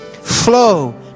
flow